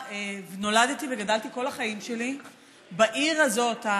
נולדתי וגדלתי כל החיים שלי בעיר הזאת,